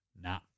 Nah